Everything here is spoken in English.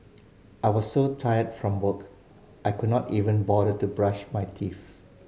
I was so tired from work I could not even bother to brush my teeth